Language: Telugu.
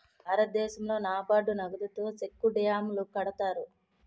భారతదేశంలో నాబార్డు నగదుతో సెక్కు డ్యాములు కడతారు